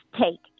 take